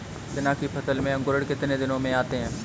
चना की फसल में अंकुरण कितने दिन में आते हैं?